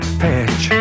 patch